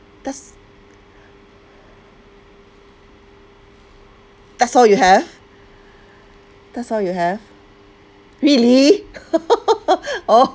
that's that's all you have that's all you have really oh